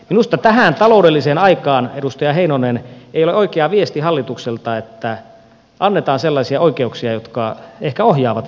minusta tähän taloudelliseen aikaan edustaja heinonen ei ole oikea viesti hallitukselta että annetaan sellaisia oikeuksia jotka ehkä ohjaavat väärään suuntaan